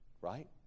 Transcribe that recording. Right